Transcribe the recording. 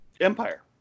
empire